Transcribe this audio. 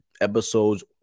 episodes